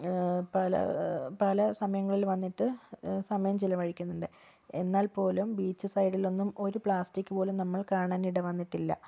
പല പല സമയങ്ങളിൽ വന്നിട്ട് സമയം ചിലവഴിക്കുന്നുണ്ട് എന്നാൽ പോലും ബീച്ച് സൈഡിലൊന്നും ഒരു പ്ലാസ്റ്റിക് പോലും നമ്മൾ കാണാനിടവന്നിട്ടില്ല